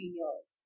years